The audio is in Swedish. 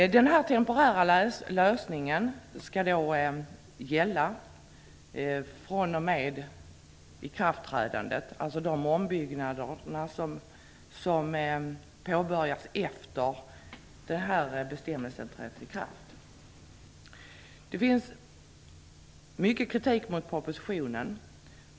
Den här temporära lösningen skall gälla fr.o.m. Det har framförts mycket kritik mot propositionen.